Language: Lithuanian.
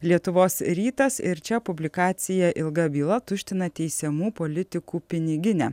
lietuvos rytas ir čia publikacija ilga byla tuština teisiamų politikų piniginę